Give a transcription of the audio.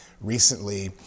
recently